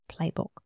playbook